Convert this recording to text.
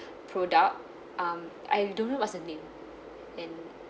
product um I don't know what's the name and